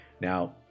Now